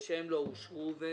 שלא אושרו.